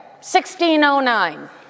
1609